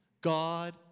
God